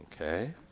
Okay